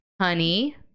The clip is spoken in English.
honey